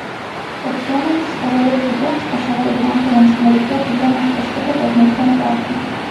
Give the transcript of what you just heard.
kad suomiams o vėliau ir kitiems pasaulio gyventojams nereikėtų vienas pas kitą dažnai klampoti